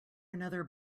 another